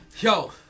Yo